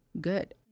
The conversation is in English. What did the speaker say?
Good